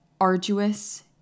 arduous